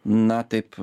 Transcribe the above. na taip